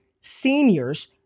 seniors